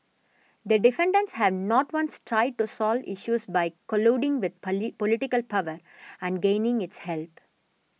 the defendants have not once tried to solve issues by colluding with political power and gaining its help